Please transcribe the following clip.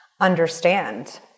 understand